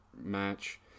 match